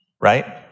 right